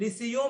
לסיום,